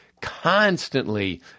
constantly